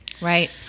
Right